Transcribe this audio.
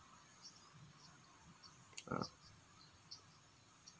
uh